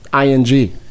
ing